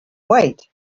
wait